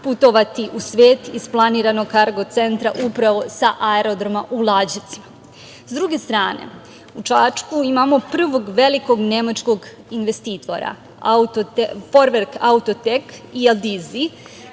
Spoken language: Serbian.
putovati u svet isplaniranog kargo-centra upravo sa Aerodroma u Lađevcima. Sa druge strane, u Čačku imamo prvog velikog nemačkog investitora „Forverk autotek“ i „Aldizi“,